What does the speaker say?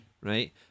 right